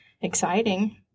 exciting